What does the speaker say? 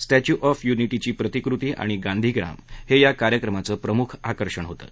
statue of युनिटीची प्रतिकृती आणि गांधी ग्राम हे या कार्यक्रमाचं प्रमुख आकर्षण होतं